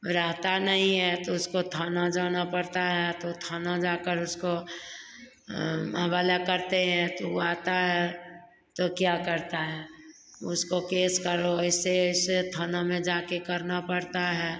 रहता नई है तो उसको थाना जाना पड़ता है तो थाना जाकर उसको हवाला करते हैं तो वो आता है तो क्या करता है उसको केस करो ऐसे ऐसे थाना में जाके करना पड़ता है